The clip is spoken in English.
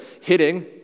hitting